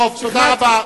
טוב, תודה רבה.